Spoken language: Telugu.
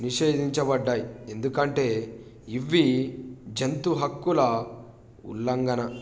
నిషేధించబడినాయి ఎందుకంటే ఇవి జంతు హక్కుల ఉల్లంగన